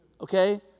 okay